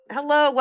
Hello